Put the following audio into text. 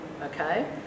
okay